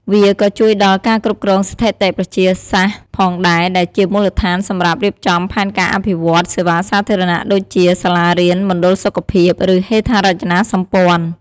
វាក៏ជួយដល់ ការគ្រប់គ្រងស្ថិតិប្រជាសាស្ត្រ ផងដែរ ដែលជាមូលដ្ឋានសម្រាប់រៀបចំផែនការអភិវឌ្ឍន៍សេវាសាធារណៈដូចជា សាលារៀន មណ្ឌលសុខភាព ឬហេដ្ឋារចនាសម្ព័ន្ធ។